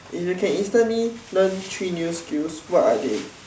if you can instantly learn three new skills what are they